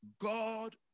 God